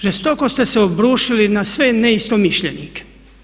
Žestoko ste se obrušili na sve ne istomišljenike.